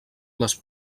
les